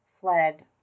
fled